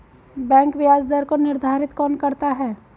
Bank ब्याज दर को निर्धारित कौन करता है?